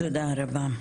תודה רבה.